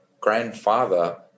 grandfather